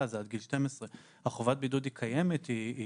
זה עד גיל 12. חובת הבידוד קיימת לכולם.